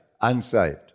unsaved